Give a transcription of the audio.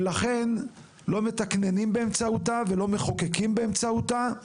ולכן לא מתקננים באמצעותה ולא מחוקקים באמצעותה.